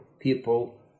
people